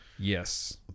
yes